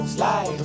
Slide